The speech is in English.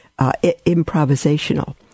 improvisational